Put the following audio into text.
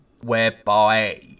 whereby